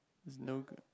it's no good